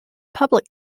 public